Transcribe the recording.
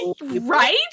right